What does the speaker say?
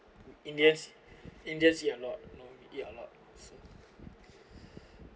indians indians eat a lot you know eat a lot so